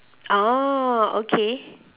orh okay